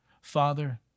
Father